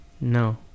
No